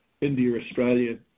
India-Australia